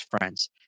friends